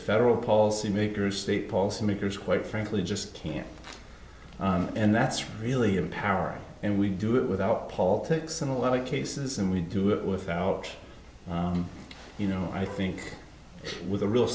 federal policymakers state polls and makers quite frankly just can't and that's really empowering and we can do it without politics in a lot of cases and we do it without you know i think with a real